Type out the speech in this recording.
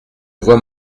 vois